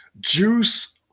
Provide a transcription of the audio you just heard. Juice